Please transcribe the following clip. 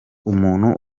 umuntu